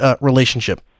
relationship